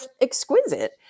exquisite